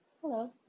Hello